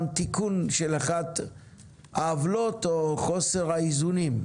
תיקון של אחת העוולות או חוסר האיזונים.